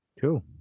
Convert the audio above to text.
Cool